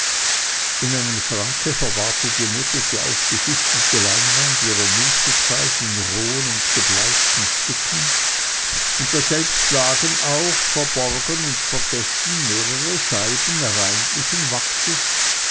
in einem schranke verwahrte die mutter die aufgeschichtete leinwand ihrer mußezeit in rohen und gebleichten stücken und daselbst lagen auch verborgen und vergessen mehrere scheiben reinlichen wachses